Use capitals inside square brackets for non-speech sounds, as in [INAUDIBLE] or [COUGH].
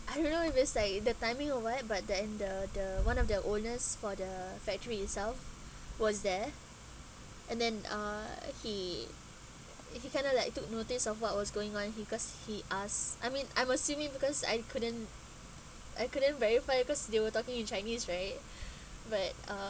I don't know if it's like the timing or what but than the the one of the owners for the factory itself was there and then uh he and he kind of like took notice of what was going on because he asks I mean I'm assuming because I couldn't I couldn't verify because they were talking in chinese right [BREATH] but uh